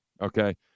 okay